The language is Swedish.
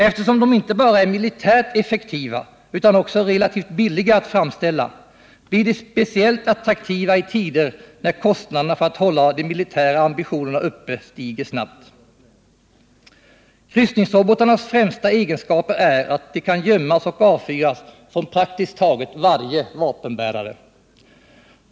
Eftersom de inte bara är militärt effektiva utan också relativt billiga att framställa, blir de speciellt attraktiva i tider när kostnaderna för att hålla de militära ambitionerna uppe stiger snabbt. Kryssnings”obotarnas främsta egenskaper är att de kan gömmas och att de kan avfyras från praktiskt taget varje vapenbärare.